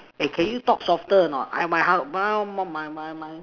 eh can you talk softer or not I my how my my my my